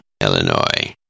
Illinois